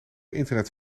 internet